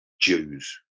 Jews